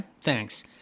Thanks